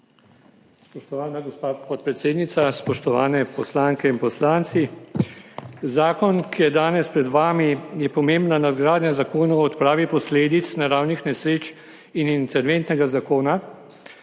Spoštovana gospa podpredsednica, spoštovane poslanke in poslanci! Zakon, ki je danes pred vami, je pomembna nadgradnja Zakona o odpravi posledic naravnih nesreč in interventnega zakona,